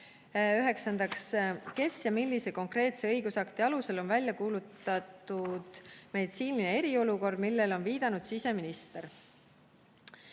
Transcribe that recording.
Üheksandaks: "Kes ja millise konkreetse õigusakti alusel on välja kuulutatud meditsiiniline eriolukord, millele on viidanud siseminister?"